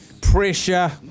pressure